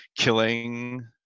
Killing